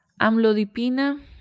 Amlodipina